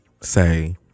say